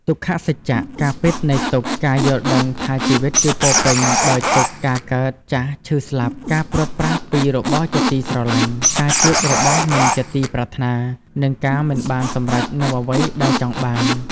ទុក្ខសច្ចៈ ការពិតនៃទុក្ខ ការយល់ដឹងថាជីវិតគឺពោរពេញដោយទុក្ខ ការកើត ចាស់ ឈឺ ស្លាប់ ការព្រាត់ប្រាសពីរបស់ជាទីស្រឡាញ់ ការជួបរបស់មិនជាទីប្រាថ្នា និងការមិនបានសម្រេចនូវអ្វីដែលចង់បាន។